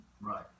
Right